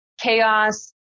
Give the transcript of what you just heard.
Chaos